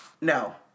No